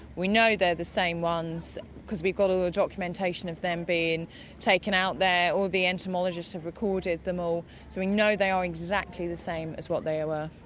we know they're the same ones because we've got all the documentation of them being taken out there, all the entomologists have recorded them all, so we know they are exactly the same as what they were.